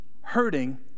hurting